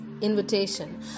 invitation